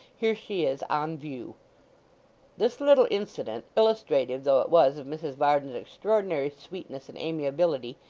here she is, on view this little incident, illustrative though it was of mrs varden's extraordinary sweetness and amiability,